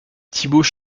thibault